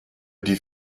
die